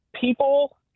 People